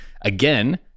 again